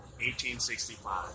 1865